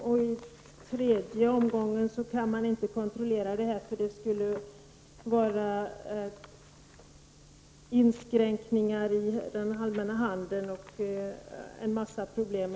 Sedan säger hon att det inte går att kontrollera, för det betyder inskränkningar i den allmänna handeln och andra problem.